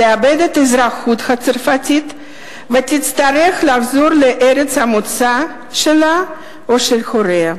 תאבד את אזרחותה הצרפתית ותצטרך לחזור לארץ המוצא שלה או של הוריה.